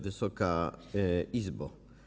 Wysoka Izbo!